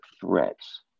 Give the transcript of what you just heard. threats